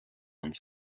uns